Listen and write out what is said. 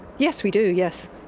yes we do, yes.